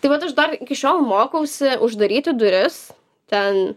tai vat aš dar iki šiol mokausi uždaryti duris ten